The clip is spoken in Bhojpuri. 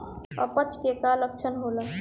अपच के का लक्षण होला?